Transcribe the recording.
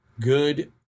good